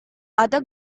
other